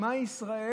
שמע ישראל,